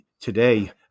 Today